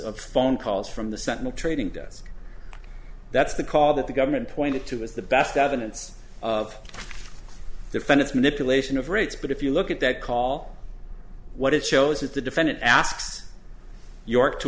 of phone calls from the sentinel trading desk that's the call that the government pointed to as the best evidence of defendants manipulation of rates but if you look at that call what it shows is the defendant asks york to